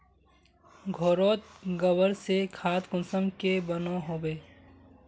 घोरोत गबर से खाद कुंसम के बनो होबे?